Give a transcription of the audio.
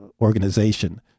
organization